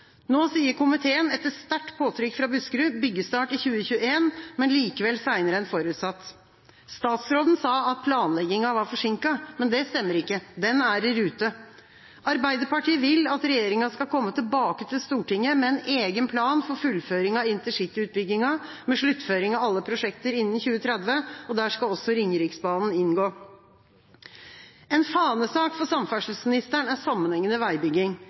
Nå sier komiteen, etter sterkt påtrykk fra Buskerud, byggestart i 2021, men likevel senere enn forutsatt. Statsråden sa planleggingen var forsinket, men det stemmer ikke. Den er i rute. Arbeiderpartiet vil at regjeringa skal komme tilbake til Stortinget med en egen plan for fullføring av intercityutbyggingen, med sluttføring av alle prosjekter innen 2030. Der skal også Ringeriksbanen inngå. En fanesak for samferdselsministeren er sammenhengende veibygging.